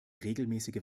regelmäßige